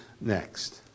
next